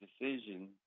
decision